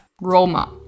Roma